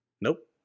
Nope